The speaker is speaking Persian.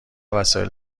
وسایل